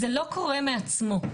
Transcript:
זה לא קורה מעצמו,